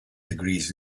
degrees